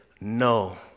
no